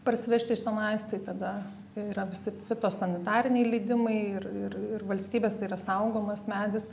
parsivežti iš tenais tai tada yra visi fitosanitariniai leidimai ir ir ir valstybės tai yra saugomas medis